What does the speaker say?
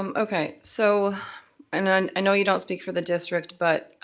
um okay, so and and i know you don't speak for the district but,